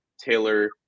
taylor